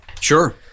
Sure